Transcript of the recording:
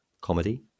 comedy